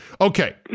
Okay